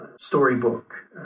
storybook